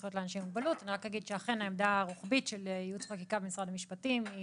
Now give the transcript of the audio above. אני רק אגיד שאכן העמדה הרוחבית של ייעוץ וחקיקה במשרד המשפטים היא